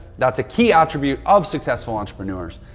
that's a key attribute of successful entrepreneurs.